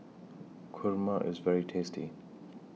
Kurma IS very tasty